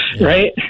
right